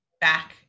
back